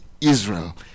Israel